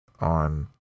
on